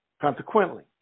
Consequently